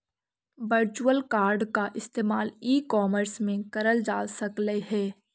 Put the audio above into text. virtual card का इस्तेमाल e commerce में करल जा सकलई हे